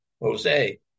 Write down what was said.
Jose